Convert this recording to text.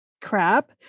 crap